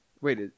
Wait